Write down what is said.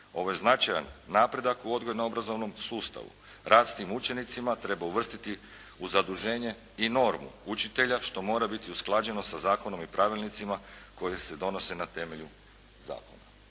Ovo je značajan napredak u odgojno obrazovnom sustavu. Rad s tim učenicima treba uvrstiti u zaduženje i normu učitelja što mora biti usklađeno sa zakonom i pravilnicima koji se donose na temelju zakona.